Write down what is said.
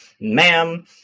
ma'am